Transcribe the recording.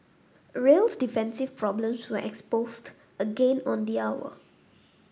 real's defensive problems were exposed again on the hour